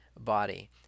body